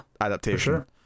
adaptation